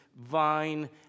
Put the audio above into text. vine